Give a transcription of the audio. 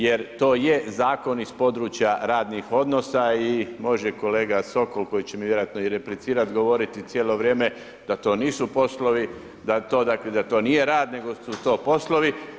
Jer to je zakon iz područja iz radnih odnosa i može kolega Sokol, koji će mi vjerojatno replicirati, govoriti cijelo vrijeme, da to nisu poslovi, da to nije rad, nego su to poslovi.